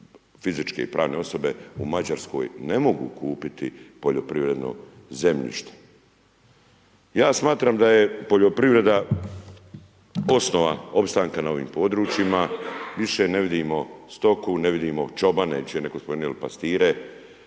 fizičke i pravne osobe u Mađarskoj ne mogu kupiti poljoprivredno zemljište. Ja smatram da je poljoprivreda osnova opstanka na ovim područjima, više ne vidimo stoku, ne vidimo čobane, već je netko spomenuo ili pastire